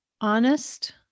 honest